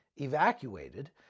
evacuated